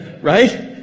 Right